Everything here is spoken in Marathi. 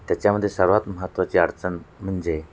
त्याच्यामध्ये सर्वात महत्त्वाची अडचण म्हणजे